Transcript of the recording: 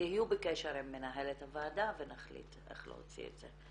תהיו בקשר עם מנהלת הוועדה ונחליט איך להוציא את זה,